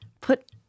Put